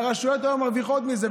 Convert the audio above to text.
והרשויות היו מרוויחות מזה,